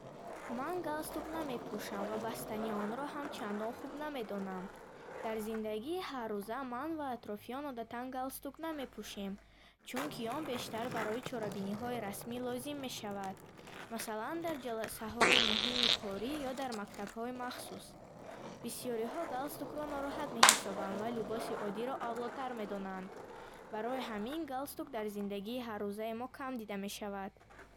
Ман галстук намепӯшам ва бастани онро ҳам чандон хуб намедонам. Дар зиндагии ҳаррӯза ман ва атрофиён одатан галстук намепӯшем, чунки он бештар барои чорабиниҳои расмӣ лозим мешавад. Масалан, дар ҷаласаҳои муҳими корӣ ё дар мактабҳои махсус. Бисёриҳо галстукро нороҳат меҳисобанд ва либоси одиро авлотар медонанд. Барои ҳамин галстук дар зиндагии ҳаррӯзаи мо кам дида мешавад.